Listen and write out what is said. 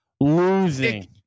Losing